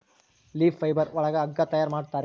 leaf fibre ಒಳಗ ಹಗ್ಗ ತಯಾರ್ ಮಾಡುತ್ತಾರೆ